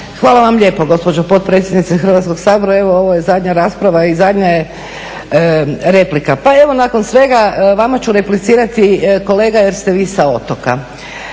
Hvala vam lijepo gospođo potpredsjednice Hrvatskog sabora. Evo ovo je zadnja rasprava i zadnja je replika. Pa evo nakon svega vama ću replicirati kolega jer ste vi sa otoka.